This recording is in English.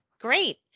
Great